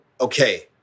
okay